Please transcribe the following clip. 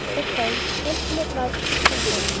oh, pray don't feel obliged to stay in.